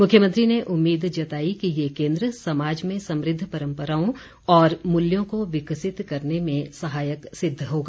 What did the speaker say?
मुख्यमंत्री ने उम्मीद जताई कि ये केन्द्र समाज में समुद्द परम्पराओं और मूल्यों को विकसित करने में सहायक सिद्ध होगा